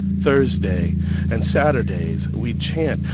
thursday and saturdays we'd chant,